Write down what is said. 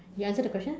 you answer the question